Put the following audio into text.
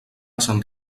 sant